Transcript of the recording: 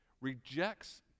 rejects